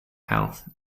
health